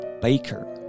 baker